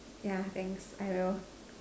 yeah thanks I will